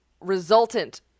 resultant